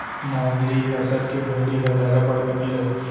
नाली नसल के भेड़ी ह जादा बड़का नइ रहय